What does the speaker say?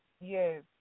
Yes